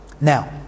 Now